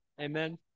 Amen